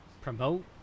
promote